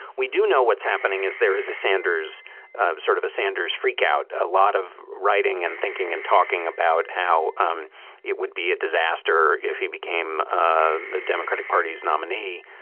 we do know what's happening is there is a sanders sort of a sanders freakout. a lot of writing and thinking and talking about how um it would be a disaster if he became the democratic party's nominee.